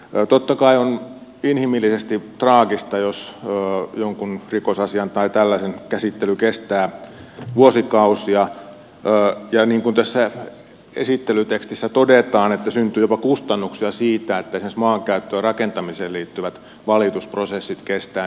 totta kai on inhimillisesti traagista jos jonkun rikosasian tai tällaisen käsittely kestää vuosikausia ja niin kuin tässä esittelytekstissä todetaan syntyy jopa kustannuksia siitä että esimerkiksi maankäyttöön ja rakentamiseen liittyvät valitusprosessit kestävät niin pitkään